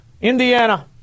Indiana